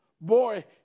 Boy